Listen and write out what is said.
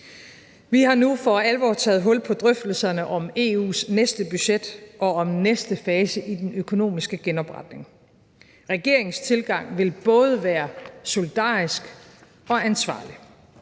Vi har nu for alvor taget hul på drøftelserne om EU's næste budget og om næste fase i den økonomiske genopretning. Regeringens tilgang vil både være solidarisk og ansvarligt.